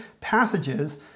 passages